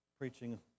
preaching